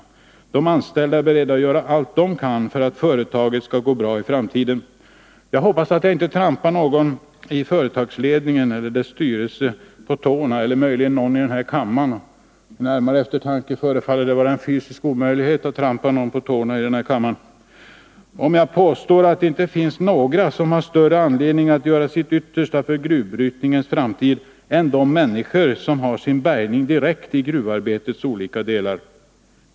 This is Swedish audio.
De anställda är beredda att göra allt de kan för att företaget skall gå bra i framtiden. Jag hoppas att jag inte trampar någon i företagsledningen, företagets styrelse eller denna kammare på tårna — vid närmare eftertanke förefaller det vara en fysisk omöjlighet — om jag påstår att det inte finns några som har större anledning att göra sitt yttersta för gruvbrytningens framtid än de människor som har sin bärgning direkt i gruvarbetets olika delar.